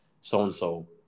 so-and-so